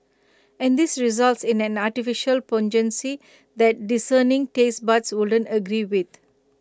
and this results in an artificial pungency that discerning taste buds wouldn't agree with